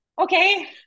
okay